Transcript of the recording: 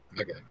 Okay